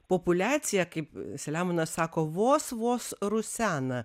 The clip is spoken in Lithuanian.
populiacija kaip selemonas sako vos vos rusena